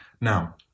Now